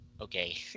Okay